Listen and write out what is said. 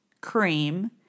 cream